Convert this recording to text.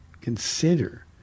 consider